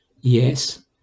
yes